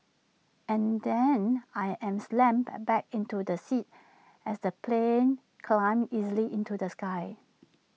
and then I am slammed by back into the seat as the plane climbs easily into the sky